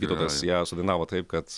vytautas ją sudainavo taip kad